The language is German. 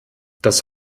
das